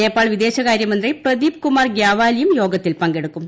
നേപ്പാൾ വിദേശകാര്യമന്ത്രി പ്രദീപ് കുമാർ ഗ്യാവാലിയും യോഗത്തിൽ പങ്കെടുക്കും